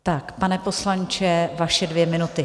Tak pane poslanče, vaše dvě minuty.